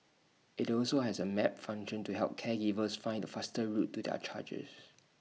IT also has A map function to help caregivers find the fastest route to their charges